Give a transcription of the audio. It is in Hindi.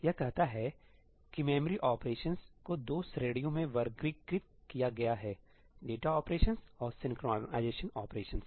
यह कहता है कि मेमोरी ऑपरेशंस को दो श्रेणियों में वर्गीकृत किया गया हैडेटा ऑपरेशंस और सिंक्रोनाइज़ेशन ऑपरेशंस